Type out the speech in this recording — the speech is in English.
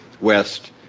west